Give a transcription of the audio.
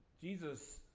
Jesus